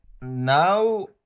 now